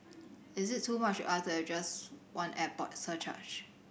is it too much to ask her just one airport surcharge